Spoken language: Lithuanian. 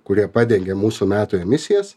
kurie padengia mūsų metų emisijas